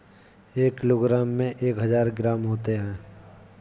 एक किलोग्राम में एक हजार ग्राम होते हैं